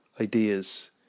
ideas